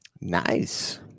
Nice